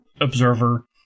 observer